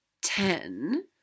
Ten